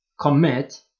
commit